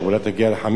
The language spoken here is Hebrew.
אולי לארבע שנים.